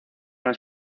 las